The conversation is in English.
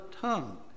tongue